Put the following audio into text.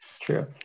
True